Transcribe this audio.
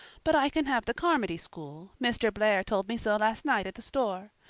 but i can have the carmody school mr. blair told me so last night at the store.